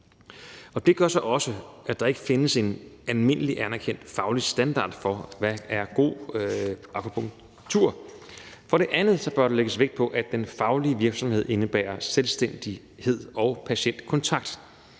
det gør så også, at der ikke findes en almindeligt anerkendt faglig standard for, hvad der er god akupunktur. For det andet bør der lægges vægt på, at den faglige virksomhed indebærer selvstændighed og patientkontakt,